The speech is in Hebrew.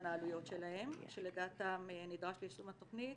העלויות שלהם שלדעתם נדרש ליישום התכנית.